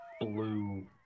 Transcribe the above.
blue